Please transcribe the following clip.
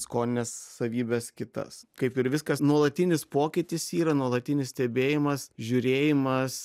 skonines savybes kitas kaip ir viskas nuolatinis pokytis yra nuolatinis stebėjimas žiūrėjimas